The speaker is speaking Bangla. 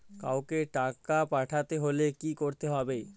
কাওকে টাকা পাঠাতে হলে কি করতে হবে?